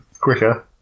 quicker